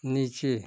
नीचे